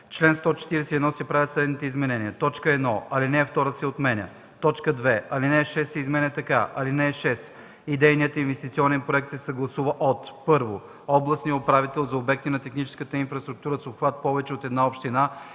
чл. 141 се правят следните изменения: 1. Алинея втора се отменя. 2. Алинея 6 се изменя така: „(6) Идейният инвестиционен проект се съгласува от: 1. областния управител – за обекти на техническата инфраструктура с обхват повече от една община